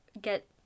get